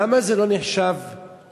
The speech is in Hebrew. למה זה לא נחשב בהוצאה?